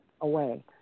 Away